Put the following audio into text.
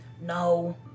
No